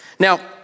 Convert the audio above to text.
Now